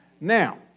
Now